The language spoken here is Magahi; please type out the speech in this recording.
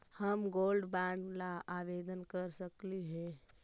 हम गोल्ड बॉन्ड ला आवेदन कर सकली हे?